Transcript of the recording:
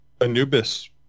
Anubis